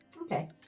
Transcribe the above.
Okay